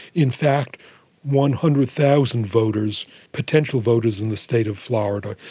in fact one hundred thousand voters, potential voters in the state of florida,